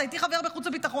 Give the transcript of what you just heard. אתה איתי חבר בחוץ וביטחון,